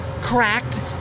cracked